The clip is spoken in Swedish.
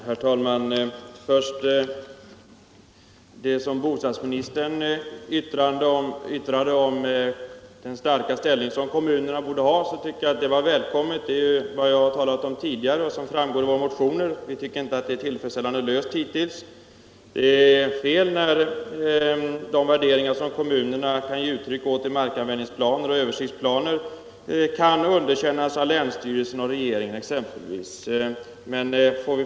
Herr talman! Bostadsministerns uttalande om den starka ställning som kommunerna bör ha var välkommet. Som framgår av våra motioner och vad jag tidigare sagt tycker vi inte att förhållandena i detta avseende varit tillfredsställande. Det är fel att exempelvis kommunernas värderingar i markanvändningsplaner och översiktsplaner kan underkännas av länsstyrelserna och regeringen.